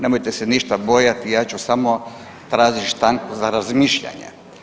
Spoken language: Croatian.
Nemojte se ništa bojati, ja ću samo tražiti stanku za razmišljanje.